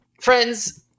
Friends